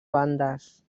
bandes